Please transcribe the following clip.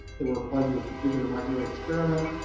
they were applied to a particular microarray experiment,